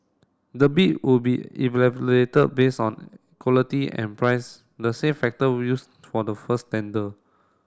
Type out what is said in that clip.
the bid would be evaluated based on quality and price the same factor were used for the first tender